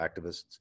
activists